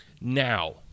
Now